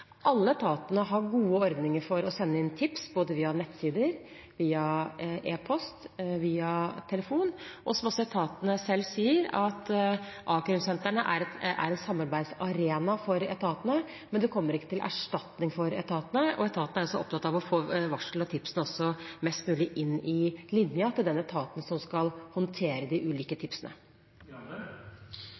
Alle etatene har gode ordninger for å sende inn tips både via nettsider, via e-post og via telefon. Som etatene selv sier, er a-krimsentrene en samarbeidsarena for etatene, men det kommer ikke til erstatning for etatene. Etatene er også opptatt av å få varslene og tipsene mest mulig inn i linjen til den etaten som skal håndtere de ulike tipsene.